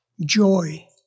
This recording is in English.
joy